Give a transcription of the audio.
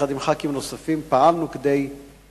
יחד עם חברי כנסת נוספים פעלנו כדי לסיים,